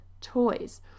toys